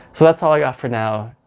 so that's all i've got for now.